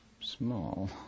small